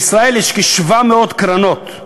בישראל יש כ-700 קרנות.